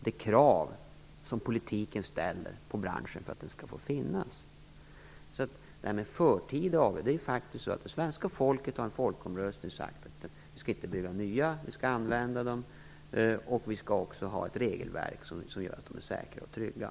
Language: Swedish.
det krav som politiken ställer på branschen för att den skall få finnas. När det gäller förtida avveckling vill jag säga att det faktiskt är det svenska folket som i en folkomröstning har sagt att vi inte skall bygga nya reaktorer, att vi skall använda dem vi har och att vi också skall ha ett regelverk som gör att de är säkra och trygga.